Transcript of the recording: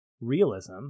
realism